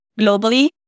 globally